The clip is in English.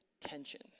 tension